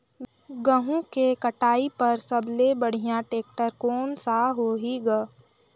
गहूं के कटाई पर सबले बढ़िया टेक्टर कोन सा होही ग?